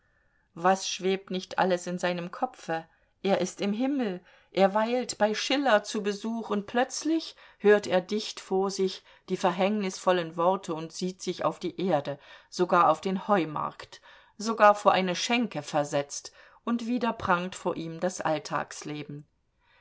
was schwebt nicht alles in seinem kopfe er ist im himmel er weilt bei schiller zu besuch und plötzlich hört er dicht vor sich die verhängnisvollen worte und sieht sich auf die erde sogar auf den heumarkt sogar vor eine schenke versetzt und wieder prangt vor ihm das alltagsleben